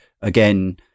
again